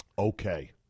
Okay